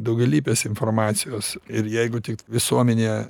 daugialypės informacijos ir jeigu tik visuomenę